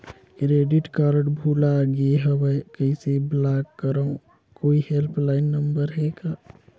Credit card भुला गे हववं कइसे ब्लाक करव? कोई हेल्पलाइन नंबर हे का?